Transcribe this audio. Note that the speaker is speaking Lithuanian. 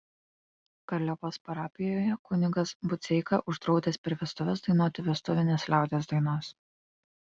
garliavos parapijoje kunigas budzeika uždraudęs per vestuves dainuoti vestuvines liaudies dainas